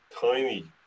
tiny